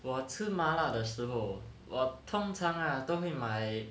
我吃麻辣的时候我通常 lah 都会买